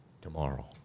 tomorrow